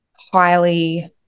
highly